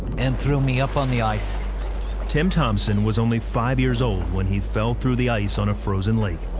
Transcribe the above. and threw me up on the ice. reporter tim thomson was only five years old when he fell through the ice on a frozen lake.